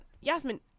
Yasmin